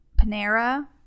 Panera